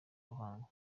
ruhango